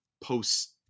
post